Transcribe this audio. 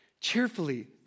Cheerfully